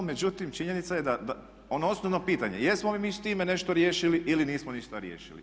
Međutim, činjenica je da ono osnovno pitanje jesmo li mi s time nešto riješili ili nismo ništa riješili?